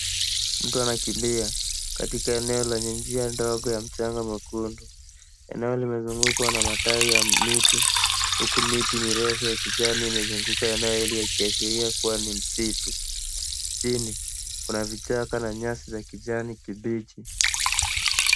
Mtu anakimbia katika eneo lenye njia ndogo ya mchanga mwekundu. Eneo limezungukwa na matawi ya miti huku miti mirefu ya kijani imezunguka eneo hili ikiashiria kuwa ni msitu. Chini kuna vichaka na nyasi za kijani kibichi.